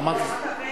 אמרת מרצ.